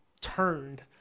turned